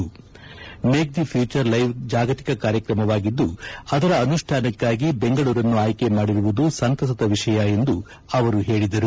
make the future live ಜಾಗತಿಕ ಕಾರ್ಯಕ್ರಮವಾಗಿದ್ದು ಅದರ ಅನುಷ್ಠಾನಕ್ಕಾಗಿ ಬೆಂಗಳೂರನ್ನು ಆಯ್ಕೆ ಮಾಡಿರುವುದು ಸಂತಸದ ವಿಷಯ ಎಂದು ಅವರು ಹೇಳಿದರು